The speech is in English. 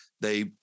They-